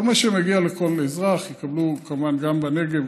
כל מה שמגיע לכל אזרח יקבלו כמובן גם בנגב,